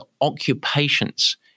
occupations